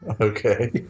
Okay